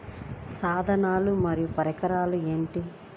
సాధనాలు మరియు పరికరాలు ఏమిటీ?